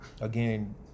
again